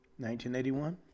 1981